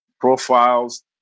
profiles